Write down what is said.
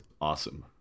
awesome